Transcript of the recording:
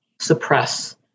suppress